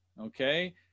Okay